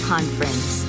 Conference